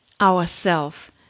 Ourself